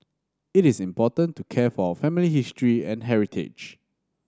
it's important to care for our family history and heritage